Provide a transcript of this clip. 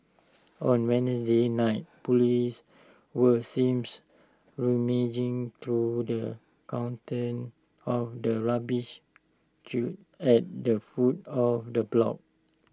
on Wednesday night Police were seems rummaging through the contents of the rubbish cute at the foot of the block